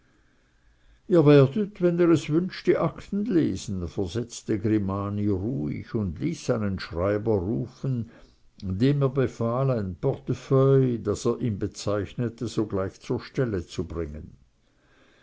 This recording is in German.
ihr werdet wenn ihr es wünscht die akten lesen versetzte grimani ruhig und ließ seinen schreiber rufen dem er befahl ein portefeuille das er bezeichnete sogleich zur stelle zu bringen